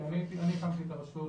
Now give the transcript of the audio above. בניתי והקמתי את הרשות,